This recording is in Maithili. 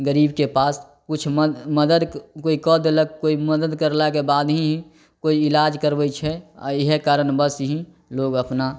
गरीबके पास किछु मदद कोइ कऽ देलक कोइ मदद करलाके बाद ही कोइ इलाज करबै छै आओर इएह कारणबश ही लोग अपना